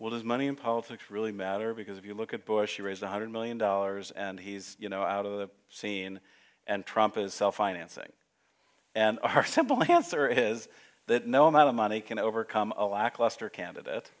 what is money in politics really matter because if you look at bush here is one hundred million dollars and he's you know out of the scene and trump is self financing and our simple answer is that no amount of money can overcome a lackluster candidate